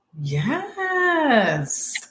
Yes